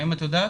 האם את יודעת?